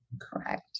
Correct